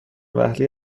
وهله